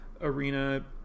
arena